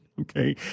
Okay